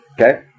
Okay